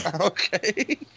Okay